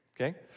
Okay